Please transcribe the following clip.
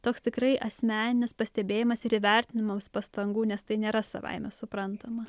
toks tikrai asmeninis pastebėjimas ir įvertinimas pastangų nes tai nėra savaime suprantama